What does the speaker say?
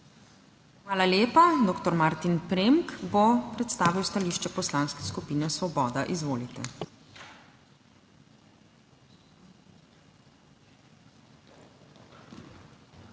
Hvala lepa. Dr. Martin Premk bo predstavil stališče Poslanske skupine Svoboda. Izvolite. DR.